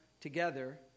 together